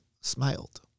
smiled